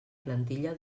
plantilla